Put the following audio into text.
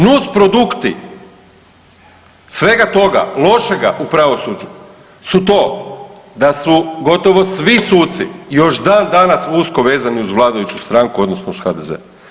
Nus produkti svega toga lošega u pravosuđu su to da su gotovo svi suci još dan danas usko vezani uz vladajuću stranku odnosno uz HDZ.